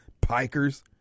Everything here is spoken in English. pikers